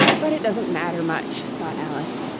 but it doesn't matter much thought alice,